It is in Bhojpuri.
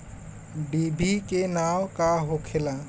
डिभी के नाव का होखेला?